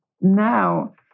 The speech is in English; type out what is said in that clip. now